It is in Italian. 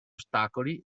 ostacoli